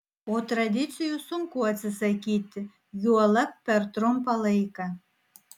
o tradicijų sunku atsisakyti juolab per trumpą laiką